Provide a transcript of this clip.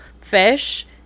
fish